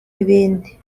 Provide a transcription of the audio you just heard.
ibindi